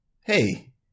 Hey